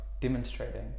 demonstrating